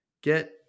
get